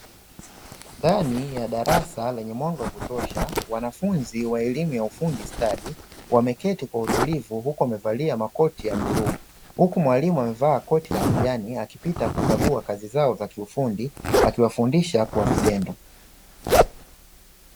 Ndani ya darasa lenye mwanga wa kutosha wanafunzi wa elimu ya ufundi stadi wameketi kwa utulivu huku wamevalia makoti ya bluu, huku mwalimu amevaa koti la kijani akipita kukagua kazi zao za kiufundi akiwafundisha kwa vitendo.